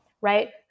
right